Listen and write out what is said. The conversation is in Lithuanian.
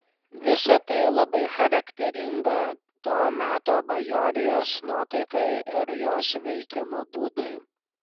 visa tai labai charakteringa to meto bajorijos nuotaikai ir jos veikimo būdui